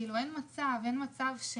אין מצב שהוא,